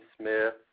Smith